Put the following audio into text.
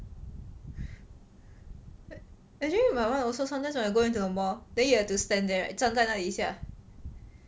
but actually my [one] also sometimes when I go into the mall then you have to stand there right 站在那里一下